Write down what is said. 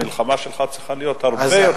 המלחמה שלך צריכה להיות הרבה יותר,